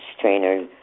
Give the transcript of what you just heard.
trainer's